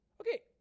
Okay